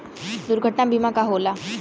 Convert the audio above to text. दुर्घटना बीमा का होला?